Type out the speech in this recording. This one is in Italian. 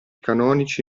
canonici